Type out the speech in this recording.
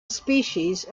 species